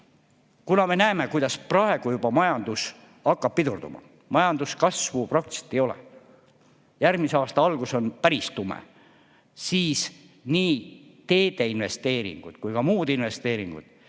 peale.Me näeme, kuidas juba praegu majandus hakkab pidurduma, majanduskasvu praktiliselt ei ole, järgmise aasta algus on päris tume. Nii teede investeeringute kui ka muude investeeringute